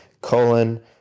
colon